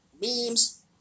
Memes